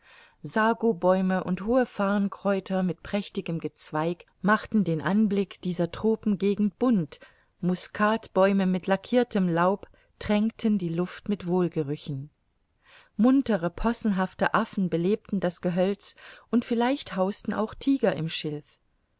feldern sagobuäme und hohe farrenkräuter mit prächtigem gezweig machten den anblick dieser tropengegend bunt muskatbäume mit lackirtem laub tränkten die luft mit wohlgerüchen muntere possenhafte affen belebten das gehölz und vielleicht hausten auch tiger im schilf